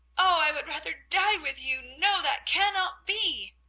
oh, i would rather die with you no, that cannot be!